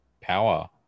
power